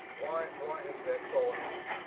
why why has that fallen off?